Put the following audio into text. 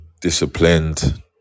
disciplined